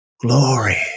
glory